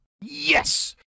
Yes